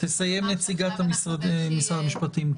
בבקשה, תסיים נציגת משרד המשפטים.